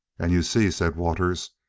and you see, said waters,